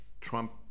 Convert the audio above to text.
Trump